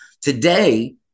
Today